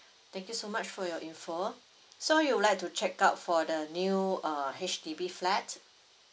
thank you so much for your info so you would like to check out for the new err H_D_B flats